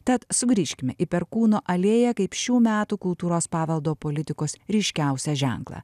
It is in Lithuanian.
tad sugrįžkime į perkūno alėją kaip šių metų kultūros paveldo politikos ryškiausią ženklą